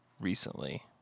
recently